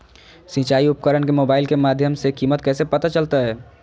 सिंचाई उपकरण के मोबाइल के माध्यम से कीमत कैसे पता चलतय?